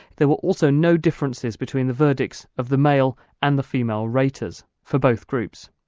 there were also no differences between the verdicts of the male and the female raters for both groups.